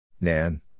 Nan